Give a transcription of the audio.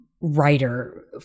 writer